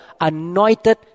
anointed